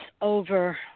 over